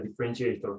differentiator